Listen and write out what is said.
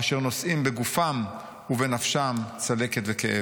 אשר נושאים בגופם ובנפשם צלקת וכאב.